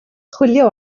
chwilio